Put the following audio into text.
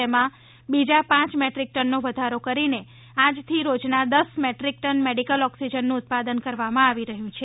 તેમાં બીજા પાંચ મેટ્રીક ટનનો વધારો કરીને આજથી રોજનાં દસ મેટ્રીક ટન મેડીકલ ઓક્સિજનનું ઉત્પાદન કરવામાં આવી રહ્યું છે